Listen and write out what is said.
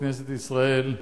בכנסת ישראל,